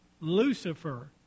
Lucifer